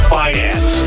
finance